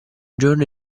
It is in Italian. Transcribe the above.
giorno